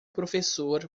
professor